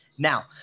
Now